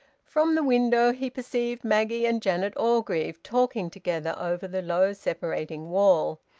from the window he perceived maggie and janet orgreave talking together over the low separating wall.